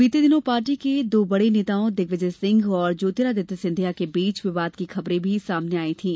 बीते दिनों पार्टी के दो बड़े नेताओं दिग्विजय सिंह और ज्योतिरादित्य सिंधिया के बीच विवाद की खबरें भी सामने आई थीं